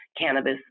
cannabis